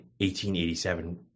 1887